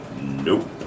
Nope